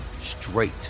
straight